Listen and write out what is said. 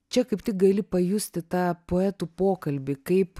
čia kaip tik gali pajusti tą poetų pokalbį kaip